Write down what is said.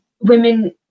women